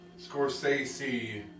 Scorsese